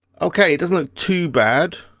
okay, it doesn't look too bad.